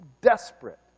desperate